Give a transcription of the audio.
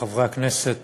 חברי חברי הכנסת,